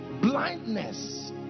blindness